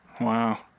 Wow